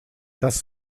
das